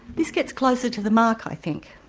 this gets close to the mark i think,